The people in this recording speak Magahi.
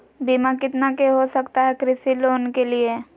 बीमा कितना के हो सकता है कृषि लोन के लिए?